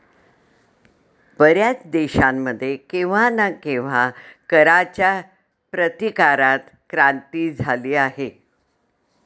बर्याच देशांमध्ये केव्हा ना केव्हा कराच्या प्रतिकारात क्रांती झाली आहे